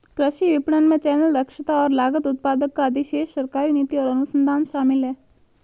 कृषि विपणन में चैनल, दक्षता और लागत, उत्पादक का अधिशेष, सरकारी नीति और अनुसंधान शामिल हैं